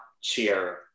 cheer